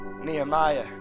Nehemiah